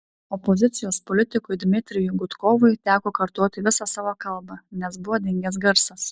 opozicijos politikui dmitrijui gudkovui teko kartoti visą savo kalbą nes buvo dingęs garsas